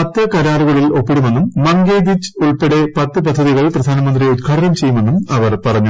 ുട്ട് കരാറുകളിൽ ഒപ്പിടുമെന്നും മങ്കേദിച്ച് ഉൾപ്പെടെ പത്ത് പദ്ധതികൾ പ്രധാനമന്ത്രി ഉദ്ഘാടനം ചെയ്യുമെന്നും ീഅവർ പറഞ്ഞു